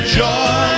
joy